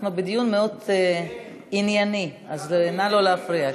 אנחנו בדיון מאוד ענייני, אז נא לא להפריע.